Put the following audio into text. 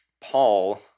Paul